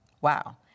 Wow